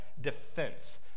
defense